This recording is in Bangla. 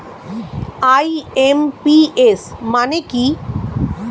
আই.এম.পি.এস মানে কি?